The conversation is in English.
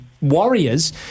Warriors